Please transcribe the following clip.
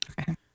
Okay